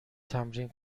تمرین